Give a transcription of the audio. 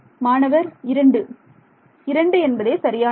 மாணவர் 2 இரண்டு என்பதே சரியானது